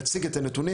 דבר ראשון,